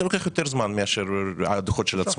זה לוקח יותר זמן מאשר הדוחות של עצמאים.